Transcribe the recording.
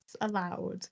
allowed